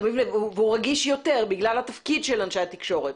והוא רגיש יותר בגלל התפקיד של אנשי התקשורת.